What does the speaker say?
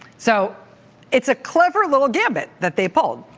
so it's a clever little gambit that they pulled,